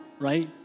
Right